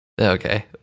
Okay